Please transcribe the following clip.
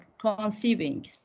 conceiving